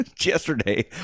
Yesterday